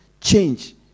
change